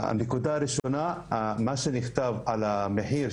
מה שנכתב על המחיר,